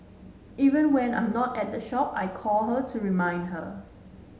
even when I'm not at the shop I call her to remind her